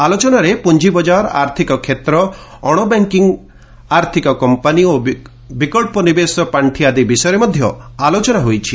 ଆଲୋଚନାରେ ପୁଞ୍ଜିବଜାର ଆର୍ଥିକ କ୍ଷେତ୍ର ଅଣବ୍ୟାଙ୍କିଂ ଆର୍ଥିକ କମ୍ପାନୀ ଓ ବିକଚ୍ଚ ନିବେଶ ପାଣ୍ଠି ଆଦି ବିଷୟରେ ଆଲୋଚନା ହୋଇଛି